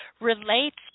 relates